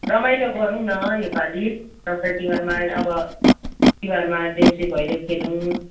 रमाइलो गरौँ न योपाली दसैँ तिहारमा अब तिहारमा देउसी भैलो खेलौँ